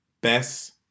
Best